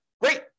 Great